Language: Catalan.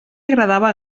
agradava